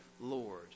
Lord